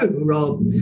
Rob